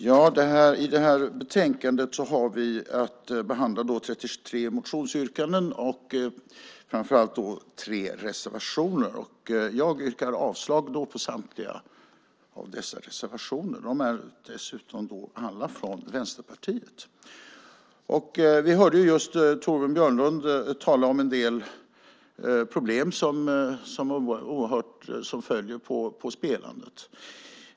Herr talman! I detta betänkande har vi att behandla 33 motionsyrkanden och framför allt tre reservationer. Jag yrkar avslag på samtliga reservationer. Alla är dessutom från Vänsterpartiet. Vi hörde just Torbjörn Björlund tala om en del problem som följer på spelandet.